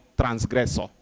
transgressor